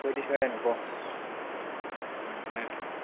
ꯁꯣꯏꯗꯤ ꯁꯣꯏꯔꯅꯨꯀꯣ ꯎꯝ ꯐꯔꯦ ꯐꯔꯦ